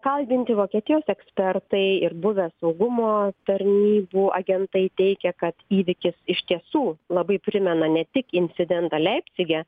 kalbinti vokietijos ekspertai ir buvę saugumo tarnybų agentai teigia kad įvykis iš tiesų labai primena ne tik incidentą leipcige